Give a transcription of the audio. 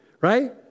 right